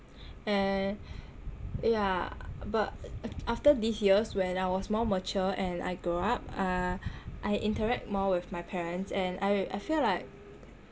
and yah but after this year's when I was more mature and I grow up uh I interact more with my parents and I I feel like